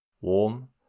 warm